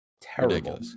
Terrible